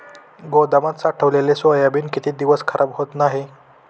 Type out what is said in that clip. गोदामात साठवलेले सोयाबीन किती दिवस खराब होत नाही?